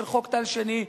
של חוק טל שני,